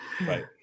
Right